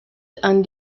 han